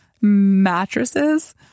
mattresses